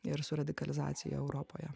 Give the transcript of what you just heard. ir su radikalizacija europoje